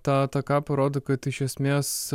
ta ataka parodo kad iš esmės